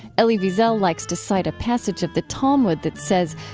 elie wiesel likes to cite a passage of the talmud that says,